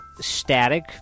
static